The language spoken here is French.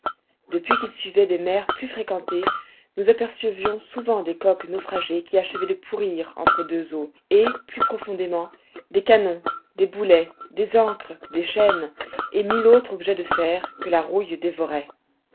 depuis qu'il suivait des mers plus fréquentées nous apercevions souvent des coques naufragées qui achevaient de pourrir entre deux eaux et plus profondément des canons des boulets des ancres des chaînes et mille autres objets de fer que la rouille dévorait